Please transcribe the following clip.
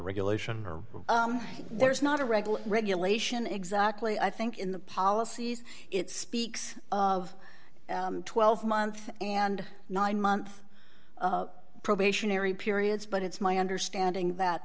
regulation or there's not a regular regulation exactly i think in the policies it speaks of a twelve month and nine month probationary period but it's my understanding that